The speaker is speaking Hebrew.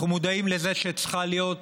אנחנו מודעים לזה שצריכה להיות